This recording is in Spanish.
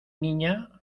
niña